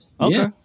Okay